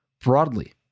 broadly